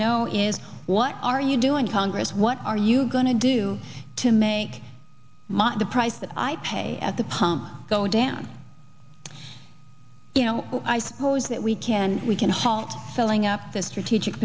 know is what are you doing to congress what are you going to do to make my the price that i pay at the pump go down you know i suppose that we can we can halt filling up the strategic